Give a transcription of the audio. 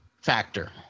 factor